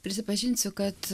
prisipažinsiu kad